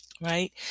right